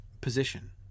position